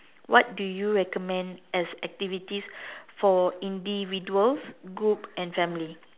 what do you recommend as activities for individuals group and family